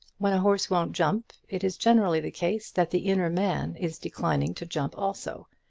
when a horse won't jump it is generally the case that the inner man is declining to jump also,